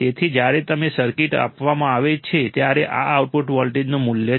તેથી જ્યારે તમને સર્કિટ આપવામાં આવે ત્યારે આ આઉટપુટ વોલ્ટેજનું મૂલ્ય છે